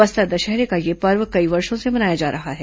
बस्तर दशहरे का यह पर्व कई वर्षो से मनाया जा रहा है